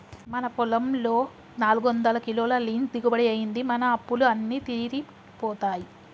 మన పొలంలో నాలుగొందల కిలోల లీన్స్ దిగుబడి అయ్యింది, మన అప్పులు అన్నీ తీరిపోతాయి